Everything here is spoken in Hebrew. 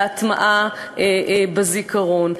להטמעה בזיכרון.